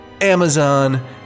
Amazon